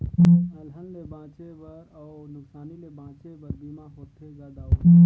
अलहन ले बांचे बर अउ नुकसानी ले बांचे बर बीमा होथे गा दाऊ